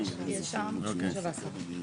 הוראות שונות ותיקונים עקיפים,